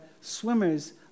swimmers